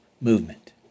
movement